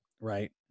right